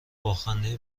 باخنده